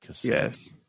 yes